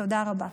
תודה רבה.